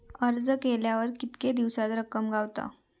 अर्ज केल्यार कीतके दिवसात रक्कम गावता?